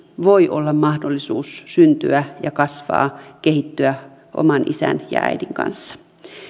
voi olla mahdollisuus syntyä kasvaa ja kehittyä oman isän ja äidin kanssa